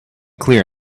clear